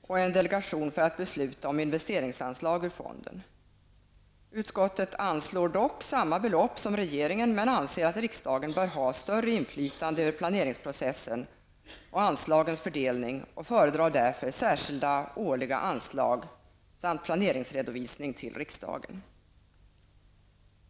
och en delegation för att besluta om investeringsanslag ur fonden. Utskottet anslår dock samma belopp som regeringen men anser att riksdagen bör ha större inflytande över planeringsprocessen och anslagets fördelning och föredrar därför särskilda årliga anslag samt planeringsredovisning till riksdagen.